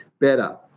better